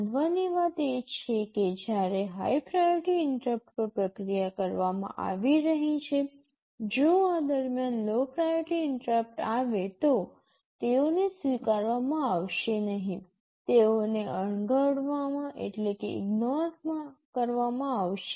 નોંધવાની વાત એ છે કે જ્યારે હાઇ પ્રાયોરિટી ઇન્ટરપ્ટ પર પ્રક્રિયા કરવામાં આવી રહી છે જો આ દરમિયાન લો પ્રાયોરિટી ઇન્ટરપ્ટ આવે તો તેઓને સ્વીકારવામાં આવશે નહીં તેઓને અવગણવામાં આવશે